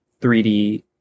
3D